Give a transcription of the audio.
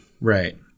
Right